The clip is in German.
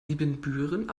ibbenbüren